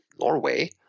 Norway